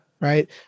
Right